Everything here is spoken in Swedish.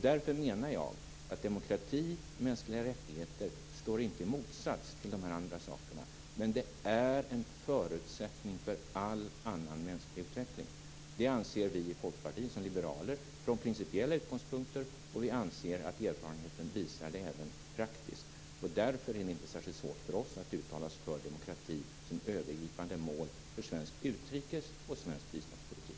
Därför menar jag att demokrati och mänskliga rättigheter inte står i motsats till de andra sakerna. Men de är en förutsättning för all annan mänsklig utveckling. Det anser vi i Folkpartiet som liberaler, från principiella utgångspunkter, och vi anser att erfarenheten även visar det praktiskt. Därför är det inte särskilt svårt för oss att uttala oss för demokrati som övergripande mål för svensk utrikes och biståndspolitik.